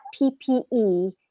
PPE